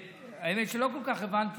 האמת שלא כל כך הבנתי.